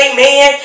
Amen